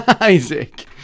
Isaac